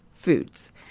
foods